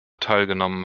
teilgenommen